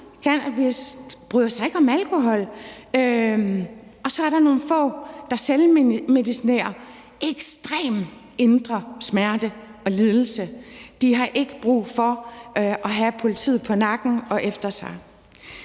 men bryder sig ikke om alkohol. Og så er der nogle få, der selvmedicinerer ekstremt i forbindelse med smerte og lidelse. De har ikke brug for at have politiet på nakken. Med